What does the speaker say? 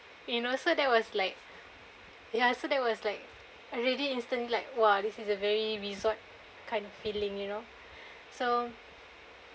you know so that was like ya so that was like already instantly like !wah! this is a very resort kind of feeling you know so